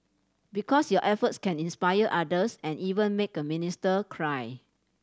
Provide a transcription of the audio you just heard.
because your efforts can inspire others and even make a minister cry